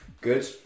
Good